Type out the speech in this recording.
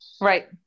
Right